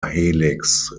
helix